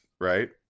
right